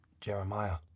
Jeremiah